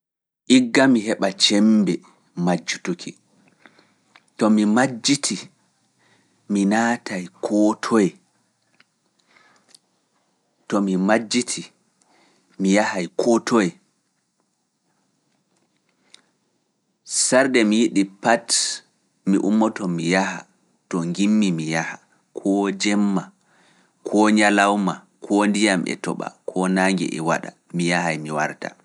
Igga mi heɓa cembe majjutuki, to mi majjiti mi naatay koo jemma, koo nyalawma, koo ndiyam e toɓa, koo naange e waɗa, mi yahay mi warda.